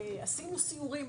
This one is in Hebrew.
עשינו סיורים,